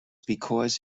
because